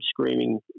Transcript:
screaming